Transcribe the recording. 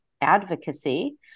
advocacy